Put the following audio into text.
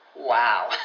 Wow